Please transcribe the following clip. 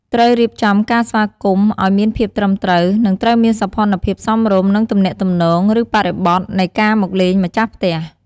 ត្រូវរៀបចំការស្វាគមន៍ឱ្យមានភាពត្រឹមត្រូវ និងត្រូវមានសោភណ្ឌភាពសមរម្យ នឹងទំនាក់ទំនង ឬបរិបទនៃការមកលេងម្ចាស់ផ្ទះ។